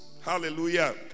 Hallelujah